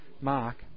mark